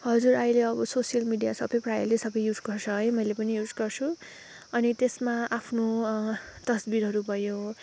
हजुर अहिले अब सोसियल मिडिया सबै प्राय सबैले अब युज गर्छ है मैले पनि युज गर्छु अनि त्यसमा आफ्नो तस्बिरहरू भयो